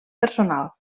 personal